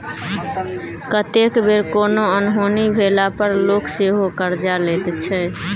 कतेक बेर कोनो अनहोनी भेला पर लोक सेहो करजा लैत छै